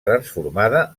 transformada